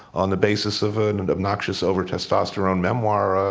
on the basis of an and obnoxious, over-testosterone memoire,